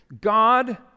God